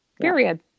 period